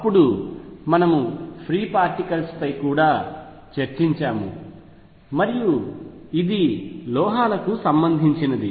అప్పుడు మనము free particles పై కూడా చర్చించాము మరియు ఇది లోహాలకు సంబంధించినది